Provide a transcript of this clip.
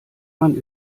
man